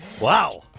Wow